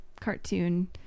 cartoon